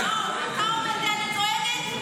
אתה אומר שאני צועקת?